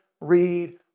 read